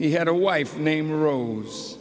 he had a wife name rose